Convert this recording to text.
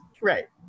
right